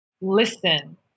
listen